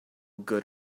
good